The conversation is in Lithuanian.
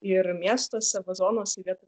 ir miestuose vazonuose vietoj